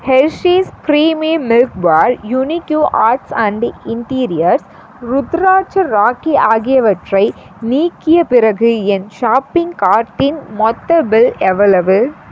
Hershey's creamy milk bar unique arts and interiors rudraksha rakhi ஆகியவற்றை நீக்கிய பிறகு என் ஷாப்பிங் கார்ட்டின் மொத்த பில் எவ்வளவு